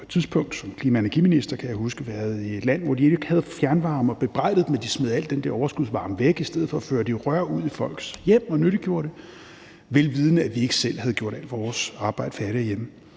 som klima- og energiminister, kan jeg huske, været i et land, hvor de ikke havde fjernvarme, og jeg bebrejdede dem, at de smed al den der overskudsvarme væk i stedet for at føre den i rør ud i folk hjem og nyttiggøre den, vel vidende at vi ikke selv havde gjort vores arbejde færdig herhjemme.